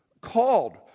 called